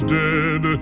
dead